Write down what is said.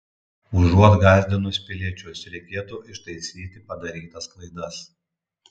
užuot gąsdinus piliečius reikėtų ištaisyti padarytas klaidas